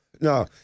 No